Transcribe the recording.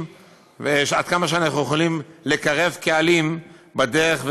עד כמה אנחנו יכולים לקרב קהלים בדרך,